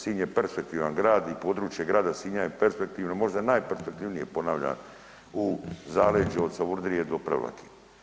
Sinj je perspektivan grad i područje grada Sinja je perspektivno, možda najperspektivnije ponavljam u zaleđu od Savudrije do Prevlake.